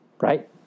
Right